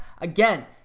Again